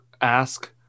ask